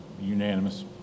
Unanimous